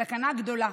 סכנה גדולה.